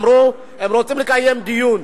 אמרו: הם רוצים לקיים דיון.